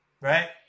Right